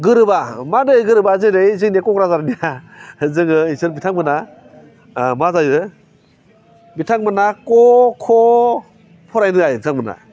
गोरोबा मानि थाखाय गोरोबा जेरै जोंना क'क्राझारनिया जोङो बिसोर बिथांमोना मा जायो बिथांमोना क ख फरायनो रोङा बिथांमोना